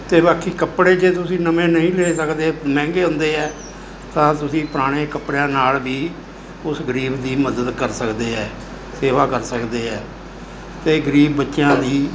ਅਤੇ ਬਾਕੀ ਕੱਪੜੇ ਜੇ ਤੁਸੀਂ ਨਵੇਂ ਨਹੀਂ ਲੈ ਸਕਦੇ ਮਹਿੰਗੇ ਹੁੰਦੇ ਹੈ ਤਾਂ ਤੁਸੀਂ ਪੁਰਾਣੇ ਕੱਪੜਿਆਂ ਨਾਲ ਵੀ ਉਸ ਗਰੀਬ ਦੀ ਮਦਦ ਕਰ ਸਕਦੇ ਹੈ ਸੇਵਾ ਕਰ ਸਕਦੇ ਹੈ ਅਤੇ ਗਰੀਬ ਬੱਚਿਆਂ ਦੀ